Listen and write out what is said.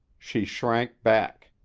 she shrank back.